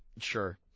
Sure